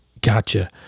Gotcha